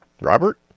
Robert